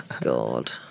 God